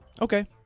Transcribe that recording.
Okay